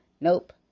Nope